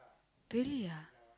really ah